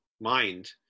mind